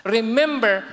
Remember